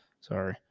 Sorry